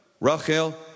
Rachel